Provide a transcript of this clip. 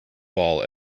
ball